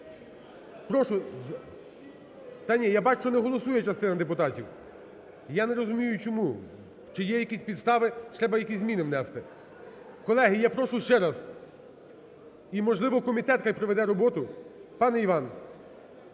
Та ні, я бачу, не голосує частина депутатів. Я не розумію, чому. Чи є якісь підстави, чи треба якісь зміни внести? Колеги, я прошу ще раз і, можливо, комітет хай проведе роботу. Пане Іван!